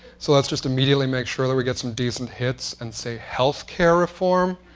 so let's just immediately make sure that we get some decent hits and say health care reform.